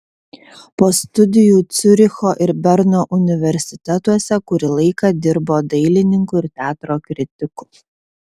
po studijų ciuricho ir berno universitetuose kurį laiką dirbo dailininku ir teatro kritiku